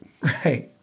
right